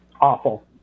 awful